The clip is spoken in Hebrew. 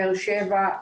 באר שבע,